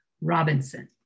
Robinson